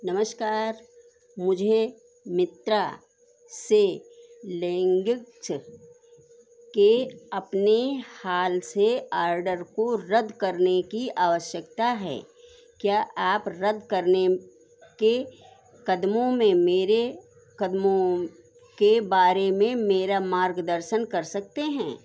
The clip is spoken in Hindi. नमस्कार मुझे मित्रा से लेंगिक्स के अपने हाल से आर्डर को रद्द करने की अवश्यकता है क्या आप रद्द करने के क़दमों में मेरे क़दमों के बारे में मेरा मार्गदर्शन कर सकते हैं